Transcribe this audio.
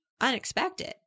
unexpected